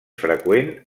freqüent